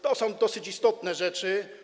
To są dosyć istotne rzeczy.